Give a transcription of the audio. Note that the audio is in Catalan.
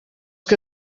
que